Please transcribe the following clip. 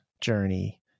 journey